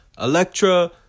Electra